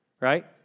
right